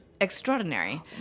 extraordinary